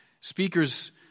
Speakers